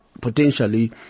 potentially